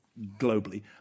globally